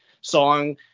song